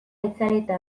itzalita